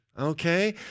Okay